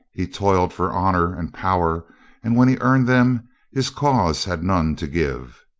he toiled for honor and power and when he earned them his cause had none to give.